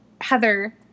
Heather